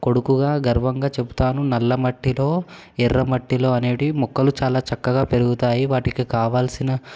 కొడుకుగా గర్వంగా చెబుతాను నల్ల మట్టిలో ఎర్రమట్టిలో అనేటివి మొక్కలు చాలా చక్కగా పెరుగుతాయి వాటికి కావాల్సిన